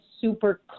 super